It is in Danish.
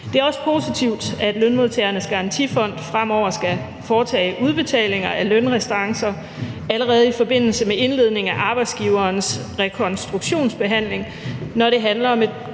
Det er også positivt, at Lønmodtagernes Garantifond fremover skal foretage udbetalinger af lønrestancer allerede i forbindelse med indledningen af arbejdsgiverens rekonstruktionsbehandling, når det handler om et